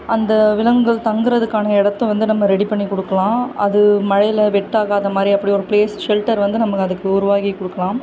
அந்த விலங்குகள் தங்குகிறதுக்கான இடத்த வந்து நம்ம ரெடி பண்ணி கொடுக்கலாம் அது மழையில வெட் ஆகாத மாதிரி அப்படி ஒரு ப்ளேஸ் ஷெல்டர் வந்து நம்ம அதுக்கு உருவாக்கி கொடுக்கலாம்